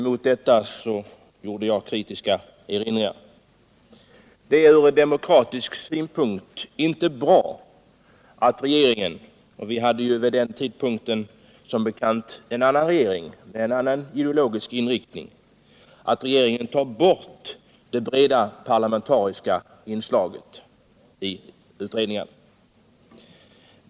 Mot detta gjorde jag kritiska erinringar. Från demokratisk synpunkt är det inte bra att regeringen — vi hade vid den tidpunkt då motionen väcktes som bekant en regering med annan ideologisk inriktning än den nuvarande — tar bort det breda parlamentariska inslaget i utredningar.